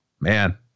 man